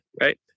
right